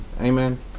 amen